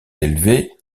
élevé